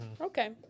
Okay